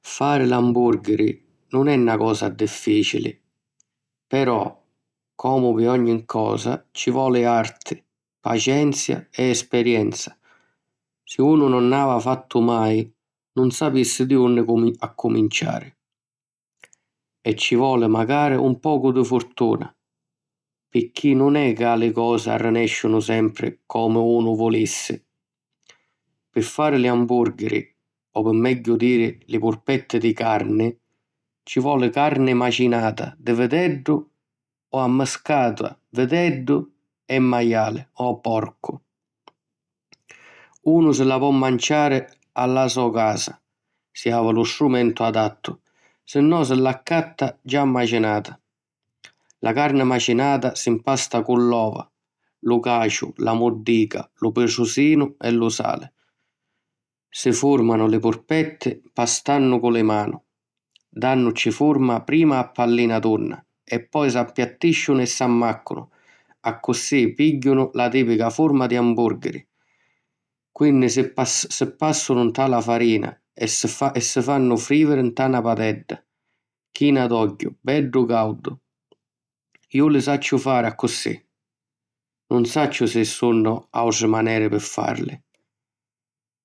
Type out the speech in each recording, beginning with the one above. Fari l'ambùrghiri nun è na cosa dìfficili; però, comu pi ogni cosa, ci voli arti, pacenzia e esperienza; si unu nun nn'ha fattu mai, nun sapissi di unni accuminciari. E ci voli macari un pocu di furtuna picchì nun è ca li cosi arrinèscinu sempri comu unu vulissi! Pi fari li ambùrghiri, o pi megghiu diri li purpetti di carni, ci voli carni macinata di viteddu o ammiscata viteddu e maiali, o porcu. Unu si la po manciari a la so casa, si havì lu strumentu adattu, sinnò si l'accatta già macinata. La carni macinata s'impasta cu l'ova, lu caciu, la muddica, lu pitrusinu e lu sali. Si fùrmanu li purpetti mpastannu cu li manu, dànnuci furma prima a pallina tunna e poi s'appiattìscinu e s'ammàccanu, accussì pìgghianu la tìpica furma di ambùrghiri. Quinni si pas... si pàssanu nta la farina e si fa... e si fannu frìjiri nta na padedda china d'ogghiu beddu càudu. Ju li sacciu fari accussì. Nun sacciu si sunnu àutri maneri pi fàrili.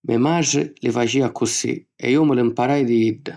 Me matri li facìa accussì e ju mi lu mparai di idda.